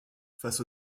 face